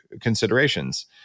considerations